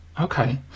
Okay